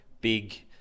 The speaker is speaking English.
big